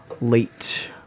late